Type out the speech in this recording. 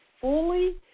fully